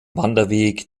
wanderweg